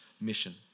mission